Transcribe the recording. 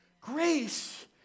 grace